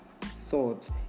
thought